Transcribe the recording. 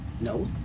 No